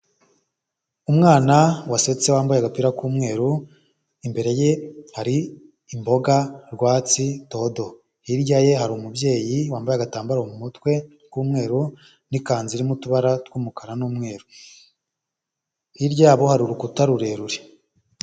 Umwana wasetse wambaye agapira k'umweru, imbere ye hari imboga rwatsi dodo, hirya ye hari umubyeyi wambaye agatambaro mu mutwe k'umweru n'ikanzu irimo utubara tw'umukara n'umweru, hirya yabo hari uruta rurerure.